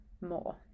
more